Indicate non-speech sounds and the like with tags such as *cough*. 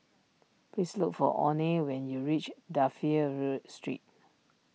please look for oney when you reach Dafne *unintelligible* Street